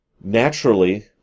Naturally